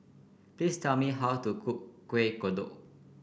please tell me how to cook Kuih Kodok